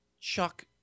Chuck